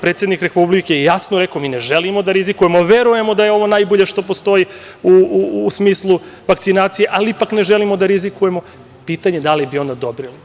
Predsednik Republike je jasno rekao – mi ne želimo da rizikujemo, verujemo da je ovo najbolje što postoji u smislu vakcinacije, ali ipak ne želimo da rizikujemo, pitanje je da li bi oni odobrili.